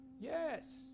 Yes